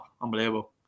unbelievable